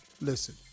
Listen